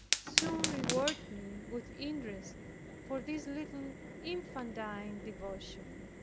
soon rewarded me with interest for this little infantine devotion.